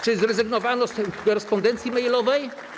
Czy zrezygnowano z korespondencji mailowej?